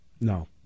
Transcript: No